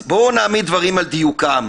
אז בואו נעמיד דברים על דיוקם.